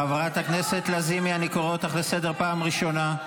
חברת הכנסת לזימי, אני קורא אותך לסדר פעם ראשונה.